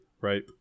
right